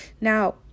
Now